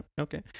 Okay